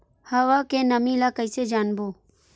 हवा के नमी ल कइसे जानबो?